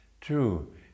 true